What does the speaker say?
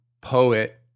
poet